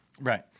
Right